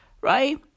Right